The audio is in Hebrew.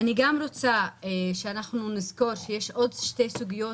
אני רוצה שנזכור שיש עוד שתי סוגיות